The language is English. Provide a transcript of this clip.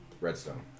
Redstone